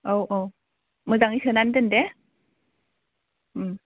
औ औ मोजाङै सोनानै दोन दे ओम